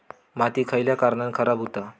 माती खयल्या कारणान खराब हुता?